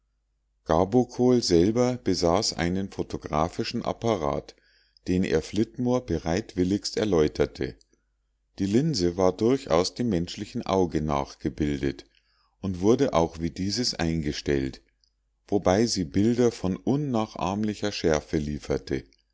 gabokol selber besaß einen photographischen apparat den er flitmore bereitwilligst erläuterte die linse war durchaus dem menschlichen auge nachgebildet und wurde auch wie dieses eingestellt wobei sie bilder von unnachahmlicher schärfe lieferte